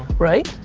right?